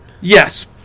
Yes